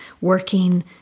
working